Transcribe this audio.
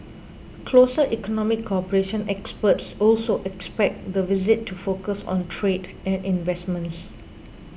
closer economic cooperation Experts also expect the visit to focus on trade and investments